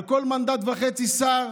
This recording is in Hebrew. על כל מנדט וחצי שר